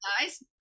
guys